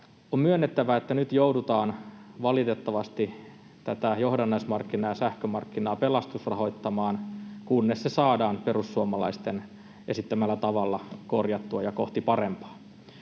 On myönnettävä, että nyt joudutaan valitettavasti tätä johdannaismarkkinaa ja sähkömarkkinaa pelastusrahoittamaan, kunnes se saadaan perussuomalaisten esittämällä tavalla korjattua ja kohti parempaa.